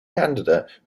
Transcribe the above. candidate